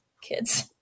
kids